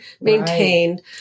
maintained